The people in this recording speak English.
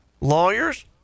lawyers